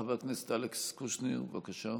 חבר הכנסת אלכס קושניר, בבקשה.